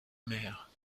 mère